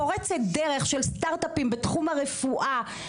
פורצת דרך של סטרטאפים בתחום הרפואה,